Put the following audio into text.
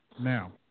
Now